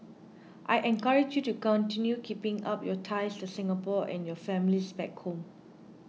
I encourage you to continue keeping up your ties to Singapore and your families back home